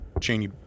Cheney